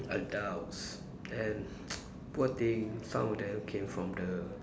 like doubts and poor thing thing some of them came from the